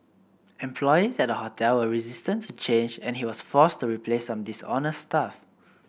employees at the hotel were resistant to change and he was forced to replace some dishonest staff